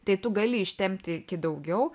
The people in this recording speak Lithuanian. tai tu gali ištempti iki daugiau